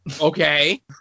Okay